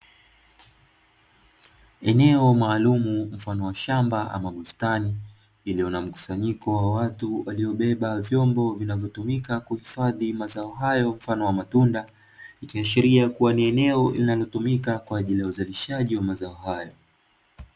Eneo maalumu mfano wa shamba ama bustani iliyo na mkusanyiko wa watu, waliobeba vyombo vinavyotumika kuhifadhi mazao hayo, mfano wa matunda ikiashiria ni eneo linalotumika kwa ajili ya uzalishaji wa mazao hayo.